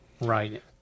Right